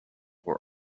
were